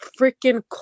freaking